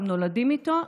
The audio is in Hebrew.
הם נולדים איתו,